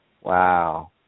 Wow